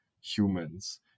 humans